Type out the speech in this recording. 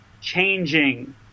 changing